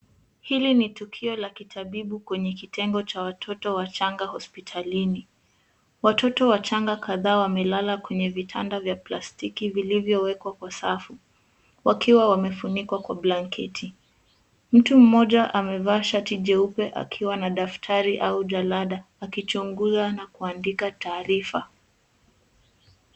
Hili ni tukio la kitabibu kwenye kitengo cha watoto wachanga kwenye hospitalini. Watoto wachanga kadhaa wamelala kwenye vitanda vya plastiki vilivyowekwa kwa safu wakiwa wamefunikwa kwa blanketi. Mtu mmoja amevaa shati jeupe akiwa na daftari au jalada akichunguza na kuandika taarifa.